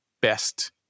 best